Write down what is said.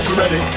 ready